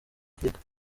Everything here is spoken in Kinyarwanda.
afurika